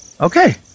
Okay